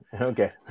Okay